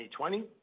2020